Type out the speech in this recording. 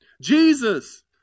Jesus